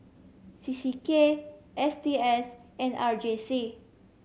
C C K S T S and R J C